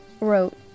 wrote